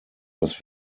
dass